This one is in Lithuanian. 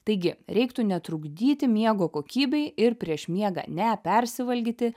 taigi reiktų netrukdyti miego kokybei ir prieš miegą nepersivalgyti